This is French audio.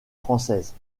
française